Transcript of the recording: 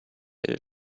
did